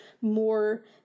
more